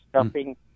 stuffing